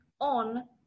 on